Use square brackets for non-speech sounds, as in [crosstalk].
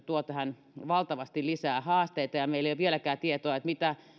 [unintelligible] tuo tähän valtavasti lisää haasteita ja meillä ei vieläkään tietoa että mitä